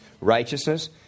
righteousness